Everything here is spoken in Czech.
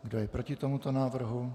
Kdo je proti tomuto návrhu?